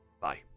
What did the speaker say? Bye